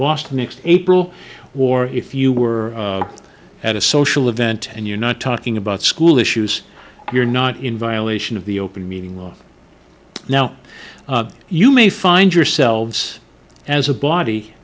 boston next april wore if you were at a social event and you're not talking about school issues you're not in violation of the open meeting law now you may find yourselves as a body